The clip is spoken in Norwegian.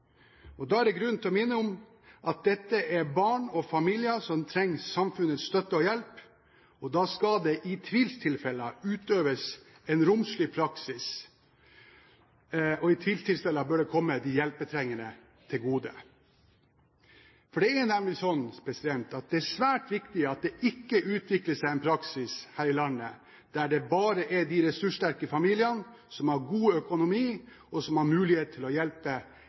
Da er det grunn til å minne om at dette er barn og familier som trenger samfunnets støtte og hjelp. Da skal det i tvilstilfeller utøves en romslig praksis, og i tvilstilfeller bør det komme de hjelpetrengende til gode. For det er svært viktig at det ikke utvikler seg en praksis her i landet der det bare er de ressurssterke familiene som har god økonomi, som har mulighet til å hjelpe